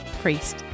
Priest